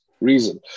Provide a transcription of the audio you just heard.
reason